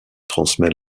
transmet